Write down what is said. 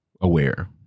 aware